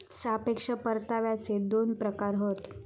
सापेक्ष परताव्याचे दोन प्रकार हत